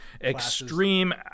extreme